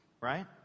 right